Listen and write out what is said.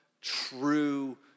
true